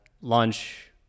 lunch